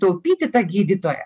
taupyti tą gydytoją